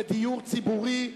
דיור ציבורי',